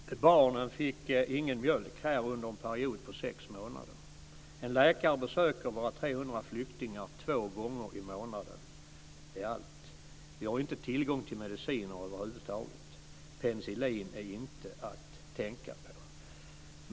Fru talman! Barnen fick ingen mjölk under en period på sex månader. En läkare besöker 300 flyktingar bara två gånger i månaden. Det är allt. De har inte tillgång till mediciner över huvud taget. Penicillin är inte att tänka på.